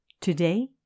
Today